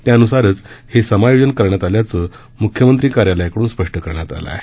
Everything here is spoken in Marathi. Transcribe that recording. त्यानुसारच हे समायोजन करण्यात आल्याचं म्ख्यमंत्री कार्यालयाकडून स्पष्ट करण्यात आलं आहे